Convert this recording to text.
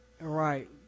Right